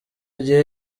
gihe